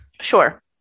Sure